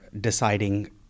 deciding